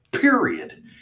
Period